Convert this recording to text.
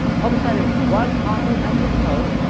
publish that in one comprehensive post,